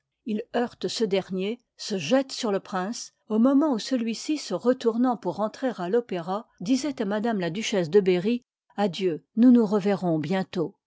il heurte ce dernier se jette sur le prince au moment où celui-ci se retournant pour rentrer à l'opéra disoit à m la duchesse de berry adieu nous nous reverrons îi part bientôt